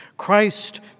Christ